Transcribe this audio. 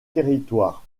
territoires